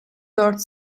dört